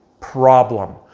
problem